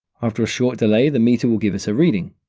after a short delay, the meter will give us a reading.